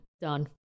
Done